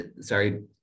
sorry